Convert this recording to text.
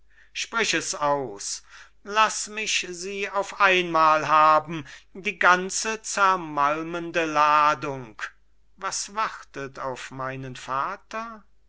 sprich es aus laß mich sie auf einmal haben die ganze zermalmende ladung was wartet auf meinen vater